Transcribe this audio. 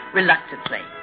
reluctantly